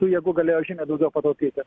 tų jėgų galėjo žymiai daugiau pataupyti